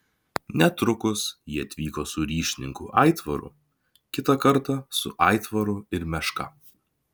netrukus ji atvyko su ryšininku aitvaru kitą kartą su aitvaru ir meška